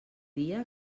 dia